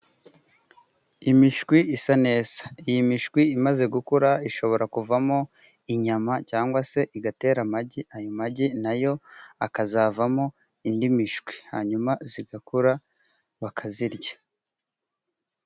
Imishwi isa neza iyi mishwi imaze gukura ishobora kuvamo inyama cyangwa se igatera amagi, ayo magi na yo akazavamo indi mishwi hanyuma zigakura bakazirya.